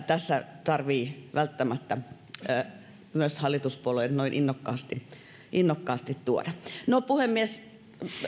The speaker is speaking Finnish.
tässä tarvitsee välttämättä hallituspuolueiden noin innokkaasti innokkaasti tuoda no puhemies